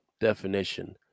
definition